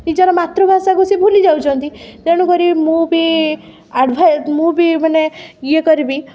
ନିଜର ମାତୃଭାଷାକୁ ସେ ଭୁଲି ଯାଉଛନ୍ତି ତେଣୁକରି ମୁଁ ବି ଆଡ଼ଭା ମୁଁ ବି ମାନେ ଇଏ କରିବି